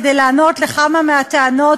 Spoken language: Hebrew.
כדי לענות על כמה מהטענות